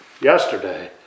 Yesterday